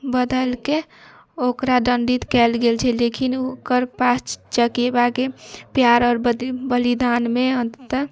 बदलिके ओकरा दण्डित कैल गेल छै लेकिन ओकर पास चकेबाके प्यार आओर बदि बलिदानमे अब तक